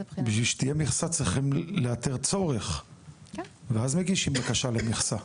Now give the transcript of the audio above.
בשביל שתהיה מכסה צריך לאתר צורך ואז מגישים בקשה למכסה.